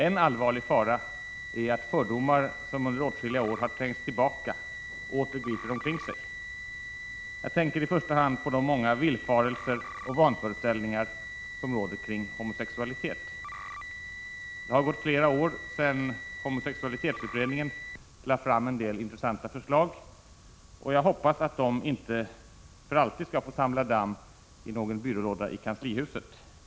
En allvarlig fara är att fördomar som under åtskilliga år har trängts tillbaka åter griper omkring sig. Jag tänker i första hand på de många villfarelser och vanföreställningar som råder kring homosexualitet. Det har gått flera år sedan homosexualitetsutredningen lade fram en del intressanta förslag, och jag hoppas att dessa inte för alltid skall få samla damm i någon byrålåda i kanslihuset.